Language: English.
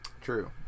true